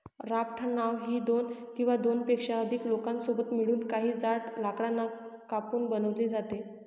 raft नाव ही दोन किंवा दोनपेक्षा अधिक लोकांसोबत मिळून, काही जाड लाकडांना कापून बनवली जाते